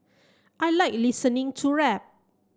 I like listening to rap